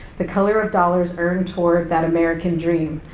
the color of dollars earned toward that american dream,